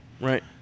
Right